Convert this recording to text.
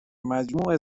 مجموع